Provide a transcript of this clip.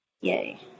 yay